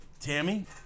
Tammy